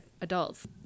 adults